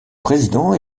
président